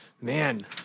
Man